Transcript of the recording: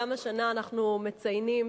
גם השנה אנחנו מציינים